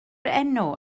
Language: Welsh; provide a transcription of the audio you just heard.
enw